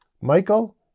Michael